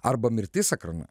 arba mirtis ekrane